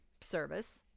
service